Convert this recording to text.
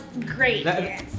great